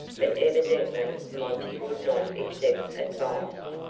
but evidently monty would not accept advice.